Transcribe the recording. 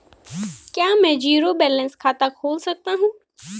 क्या मैं zero balance खाता खोल सकता हूँ?